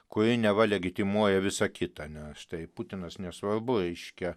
kuri neva legitimuoja visa kita nes štai putinas nesvarbu reiškia